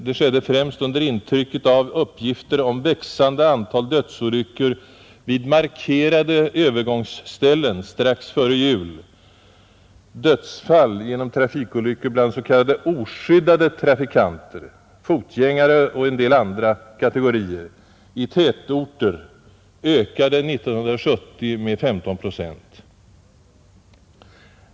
Det skedde främst under intryck av uppgifterna om växande antal dödsolyckor vid markerade övergångsställen strax före jul. Antalet dödsfall genom trafikolyckor bland s.k. oskyddade trafikanter — fotgängare och en del andra kategorier — i tätorter ökade 1970 med 15 procent.